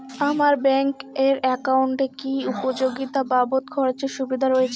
আমার ব্যাংক এর একাউন্টে কি উপযোগিতা বাবদ খরচের সুবিধা রয়েছে?